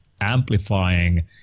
amplifying